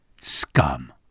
Scum